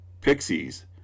Pixies